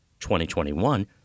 2021